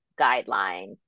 guidelines